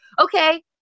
okay